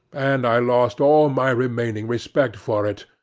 and i lost all my remaining respect for it,